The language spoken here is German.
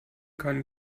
kann